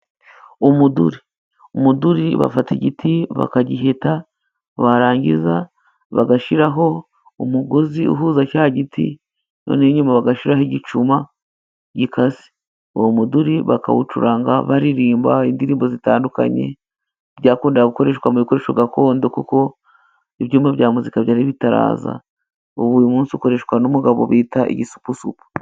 Umuduri; umuduri bafata igiti bakagiheta, barangiza bagashiraho umugozi uhuza cya giti, noneho inyuma bagashiraho igicuma gikaze. Uwo muduri bakawucuranga baririmba indirimbo zitandukanye, byakundaga gukoreshwa mu bikoresho gakondo, kuko ibyuma bya muzika byari bitaraza. Ubu uyu munsi ukoreshwa n'umugabo bita Igisupusupu.